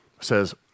says